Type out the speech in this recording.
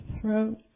throat